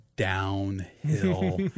downhill